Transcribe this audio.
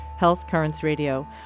HealthCurrentsRadio